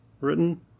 written